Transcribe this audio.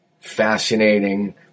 fascinating